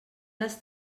les